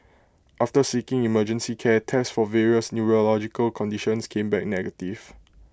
after seeking emergency care tests for various neurological conditions came back negative